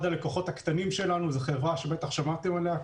אחד הלקוחות הקטנים שלנו היא חברה שבטח שמעתם עליהם,